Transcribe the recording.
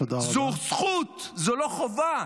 זו זכות, זו לא חובה.